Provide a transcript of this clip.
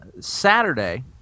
Saturday